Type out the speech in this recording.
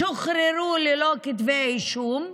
שוחררו ללא כתבי אישום,